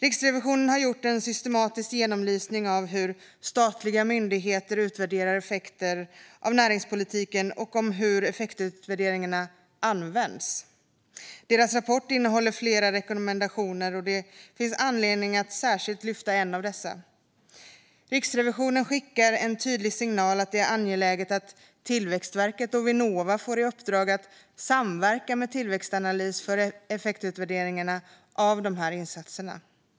Riksrevisionen har gjort en systematisk genomlysning av hur statliga myndigheter utvärderar effekter av näringspolitiken och om hur effektutvärderingarna används. Deras rapport innehåller flera rekommendationer, och det finns anledning att särskilt lyfta en av dessa. Riksrevisionen skickar en tydlig signal om att det är angeläget att Tillväxtverket och Vinnova får i uppdrag att samverka med Tillväxtanalys för effektutvärderingar av dessa insatser.